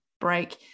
break